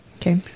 Okay